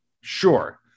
Sure